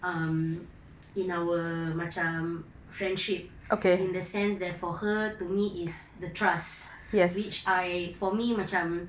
um in our macam friendship in the sense that for her to me is the trust which I for me macam